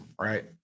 right